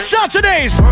Saturdays